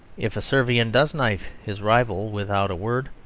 if a servian does knife his rival without a word,